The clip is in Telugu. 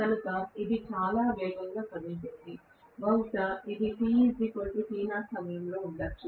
కనుక ఇది చాలా వేగంగా కదులుతుంది బహుశా ఇది tt0 సమయంలో ఉండవచ్చు